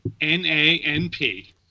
N-A-N-P